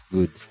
Good